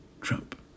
Trump